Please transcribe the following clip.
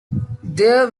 there